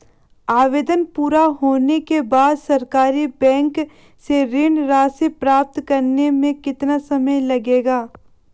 आवेदन पूरा होने के बाद सरकारी बैंक से ऋण राशि प्राप्त करने में कितना समय लगेगा?